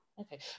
okay